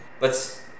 Let's-